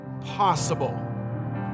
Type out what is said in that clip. possible